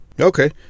Okay